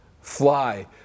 Fly